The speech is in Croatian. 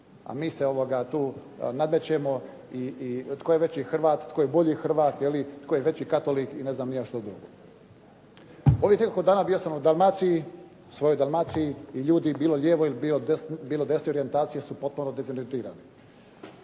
A mi se tu nadmećemo i tko je veći Hrvat, tko je bolji Hrvat, jeli, tko je veći katolik ili ne znam što drugo. Ovih nekoliko dana bio sam u svojoj Dalmaciji i ljudi bilo desne ili lijeve orijentacije su potpuno dezorijentirani.